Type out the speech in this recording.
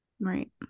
Right